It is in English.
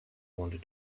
wanted